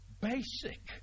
basic